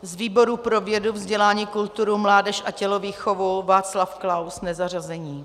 Z výboru pro vědu, vzdělání, kulturu, mládež a tělovýchovu Václav Klaus, nezařazený.